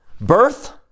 Birth